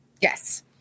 yes